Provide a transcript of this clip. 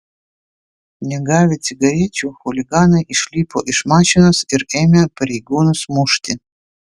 negavę cigarečių chuliganai išlipo iš mašinos ir ėmė pareigūnus mušti